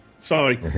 Sorry